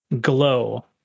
glow